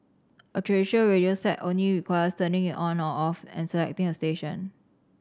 a traditional radio set only requires turning it on or off and selecting a station